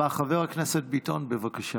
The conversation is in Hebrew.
אדוני יושב-ראש הכנסת, מזמן לא נאמתי נאום בן דקה.